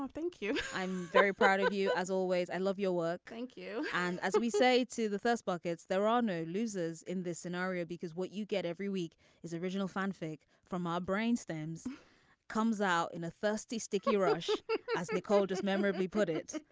um thank you. i'm very proud of you. as always i love your work. thank you. and as we say to the first buckets there are no losers in this scenario because what you get every week is original fanfic from our brainstorms comes out in a thirsty sticky rush as nicole just memorably put it.